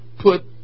put